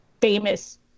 famous